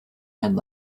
had